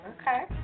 Okay